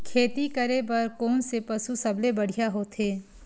खेती करे बर कोन से पशु सबले बढ़िया होथे?